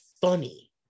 funny